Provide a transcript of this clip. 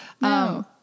No